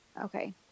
Okay